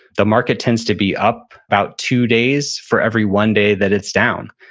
the market tends to be up about two days for every one day that it's down.